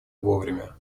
вовремя